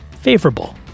favorable